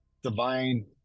divine